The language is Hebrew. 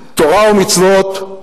תורה ומצוות,